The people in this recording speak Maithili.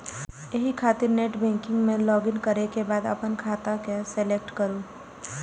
एहि खातिर नेटबैंकिग मे लॉगइन करै के बाद अपन खाता के सेलेक्ट करू